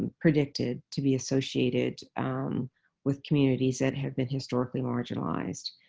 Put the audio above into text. predicted to be associated with communities that have been historically marginalized.